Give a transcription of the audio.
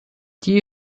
die